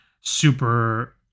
super